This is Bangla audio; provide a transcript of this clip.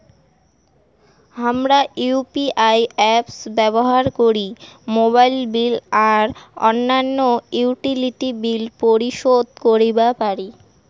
হামরা ইউ.পি.আই অ্যাপস ব্যবহার করি মোবাইল বিল আর অইন্যান্য ইউটিলিটি বিল পরিশোধ করিবা পারি